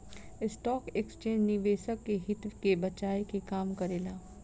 stock exchange निवेशक के हित के बचाये के काम करेला